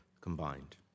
combined